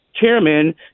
chairman